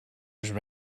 others